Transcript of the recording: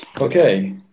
Okay